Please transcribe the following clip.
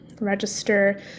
register